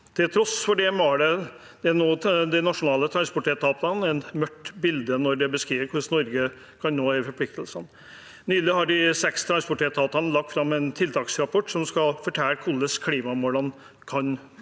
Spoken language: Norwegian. Til tross for det målet tegner nå de nasjonale transportetatene et mørkt bilde når de beskriver hvordan Norge kan nå disse forpliktelsene. Nylig har de seks transportetatene lagt fram en tiltaksrapport som skal fortelle hvordan klimamålene kunne